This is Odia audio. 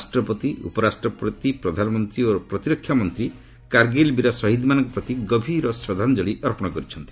ରାଷ୍ଟ୍ରପତି ଉପରାଷ୍ଟ୍ରପତି ପ୍ରଧାନମନ୍ତ୍ରୀ ଓ ପ୍ରତିରକ୍ଷା ମନ୍ତ୍ରୀ କାର୍ଗୀଲ୍ ବୀର ଶହୀଦ୍ମାନଙ୍କ ପ୍ରତି ଗଭୀର ଶ୍ରଦ୍ଧାଞ୍ଜଳୀ ଅର୍ପଣ କରିଛନ୍ତି